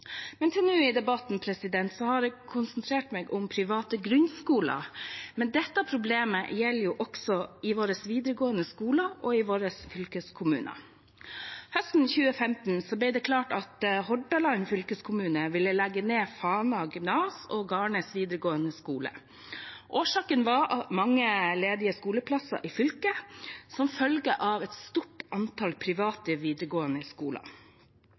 men dette problemet gjelder også i våre videregående skoler og i våre fylkeskommuner. Høsten 2015 ble det klart at Hordaland fylkeskommune ville legge ned Fana gymnas og Garnes vidaregåande skule. Årsaken var mange ledige skoleplasser i fylket som følge av et stort antall private videregående skoler.